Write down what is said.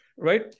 Right